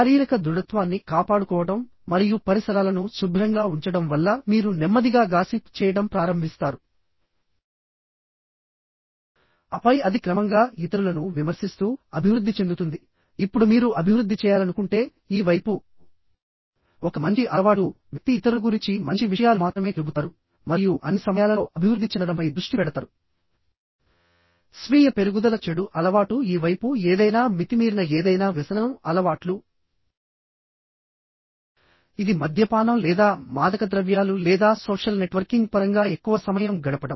శారీరక దృఢత్వాన్ని కాపాడుకోవడం మరియు పరిసరాలను శుభ్రంగా ఉంచడం వల్ల మీరు నెమ్మదిగా గాసిప్ చేయడం ప్రారంభిస్తారు ఆపై అది క్రమంగా ఇతరులను విమర్శిస్తూ అభివృద్ధి చెందుతుంది ఇప్పుడు మీరు అభివృద్ధి చేయాలనుకుంటే ఈ వైపు ఒక మంచి అలవాటు వ్యక్తి ఇతరుల గురించి మంచి విషయాలు మాత్రమే చెబుతారు మరియు అన్ని సమయాలలో అభివృద్ధి చెందడంపై దృష్టి పెడతారు స్వీయ పెరుగుదల చెడు అలవాటు ఈ వైపు ఏదైనా మితిమీరిన ఏదైనా వ్యసనం అలవాట్లు ఇది మద్యపానం లేదా మాదకద్రవ్యాలు లేదా సోషల్ నెట్వర్కింగ్ పరంగా ఎక్కువ సమయం గడపడం